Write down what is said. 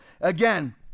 Again